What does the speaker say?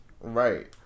Right